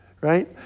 Right